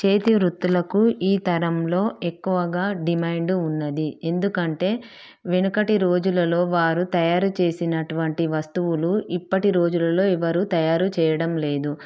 చేతి వృత్తులకు ఈ తరంలో ఎక్కువగా డిమాండ్ ఉన్నది ఎందుకంటే వెనుకటి రోజులలో వారు తయారు చేసినటువంటి వస్తువులు ఇప్పటి రోజుల్లో ఎవరు తయారు చేయడం లేదు